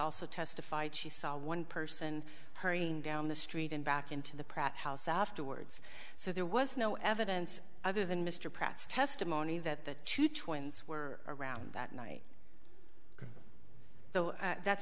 also testified she saw one person hurrying down the street and back into the pratt house afterwards so there was no evidence other than mr pratt's testimony that the two twins were around that night though that's